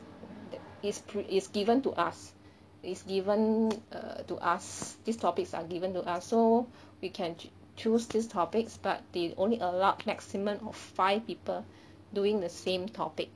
is pre is given to us is given err to us these topics are given to us so we can cho~ choose these topics but they only allowed maximum of five people doing the same topic